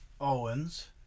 Owens